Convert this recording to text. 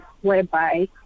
whereby